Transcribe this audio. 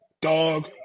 dog